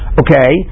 okay